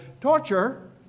torture